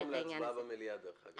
זה עולה היום להצבעה במליאה דרך אגב.